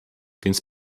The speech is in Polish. więc